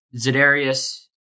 Zedarius